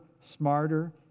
smarter